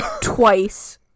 Twice